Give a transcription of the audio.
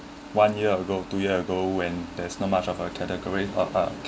one year ago two year ago when there's no much of a category